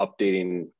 updating